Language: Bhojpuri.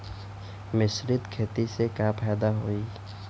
मिश्रित खेती से का फायदा होई?